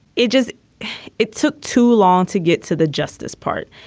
it just it took too long to get to the justice part.